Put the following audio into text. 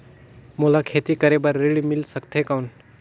मोला खेती करे बार ऋण मिल सकथे कौन?